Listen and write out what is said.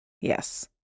Yes